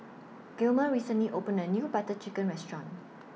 Gilmer recently opened A New Butter Chicken Restaurant